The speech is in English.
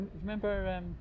Remember